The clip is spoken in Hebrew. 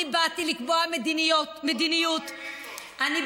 הייתה סיבה, שדרות, איזה יופי.